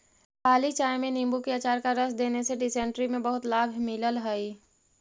काली चाय में नींबू के अचार का रस देने से डिसेंट्री में बहुत लाभ मिलल हई